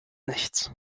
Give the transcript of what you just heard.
nichts